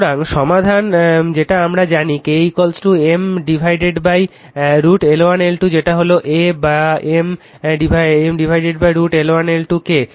সুতরাং সমাধান যেটা আমরা জানি K M √ L1 L2 যেটা হলো A বা M √ L1 L2 K